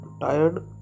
tired